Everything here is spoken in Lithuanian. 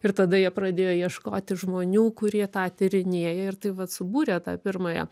ir tada jie pradėjo ieškoti žmonių kurie tą tyrinėja ir taip vat subūrė tą pirmąją